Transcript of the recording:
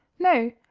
no,